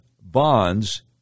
Bonds